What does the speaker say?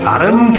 Adam